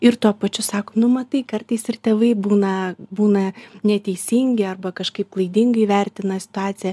ir tuo pačiu sako nu matai kartais ir tėvai būna būna neteisingi arba kažkaip klaidingai vertina situaciją